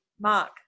Mark